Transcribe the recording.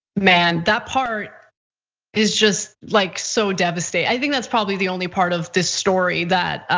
man, that part is just like so devastating. i think that's probably the only part of this story that